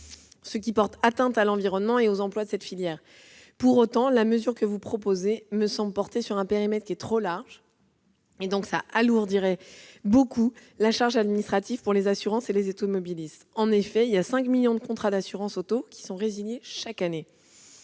ce qui porte atteinte à l'environnement et aux emplois de cette filière. Pour autant, la mesure que vous proposez me semble porter sur un périmètre trop large, ce qui alourdirait par trop la charge administrative des assurances et des automobilistes. En effet, cinq millions de contrats d'assurance automobile sont résiliés chaque année